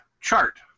chart